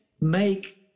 make